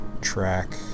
track